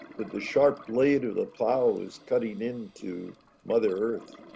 that the sharp blade of the plow was cutting into mother earth.